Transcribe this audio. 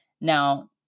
Now